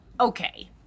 Okay